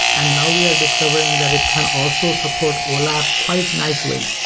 and now we are discovering that it can also support olap quite nicely.